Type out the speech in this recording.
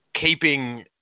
keeping